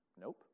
Nope